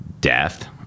death